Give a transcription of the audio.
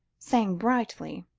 saying brightly